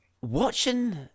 watching